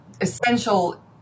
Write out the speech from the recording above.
essential